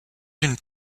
une